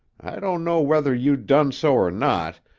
i don't know whether you done so or not,